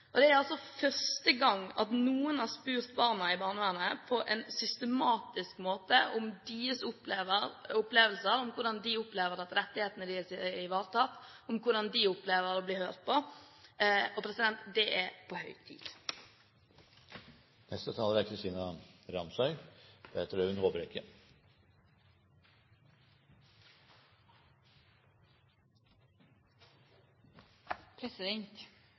barnevernet. Det er altså første gang at noen har spurt barna i barnevernet på en systematisk måte om deres opplevelser, hvordan de opplever at rettighetene deres blir ivaretatt, og hvordan de opplever å bli hørt. Det er på høy tid. Barnevernsansatte har en veldig viktig og ikke minst ansvarsfull jobb. De skal kunne se om barn blir utsatt for omsorgssvikt, om det er